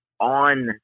on